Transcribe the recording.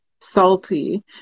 Salty